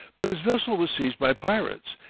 but his vessel was seized by pirates,